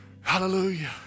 Hallelujah